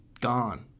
gone